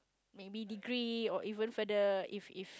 maybe degree or even further if if